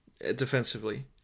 defensively